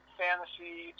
fantasy